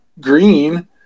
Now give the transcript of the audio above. green